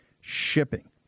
shipping